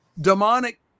demonic